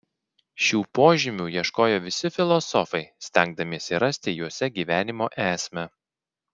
šių požymių ieškojo visi filosofai stengdamiesi rasti juose gyvenimo esmę